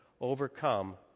overcome